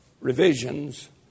revisions